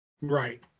right